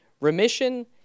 Remission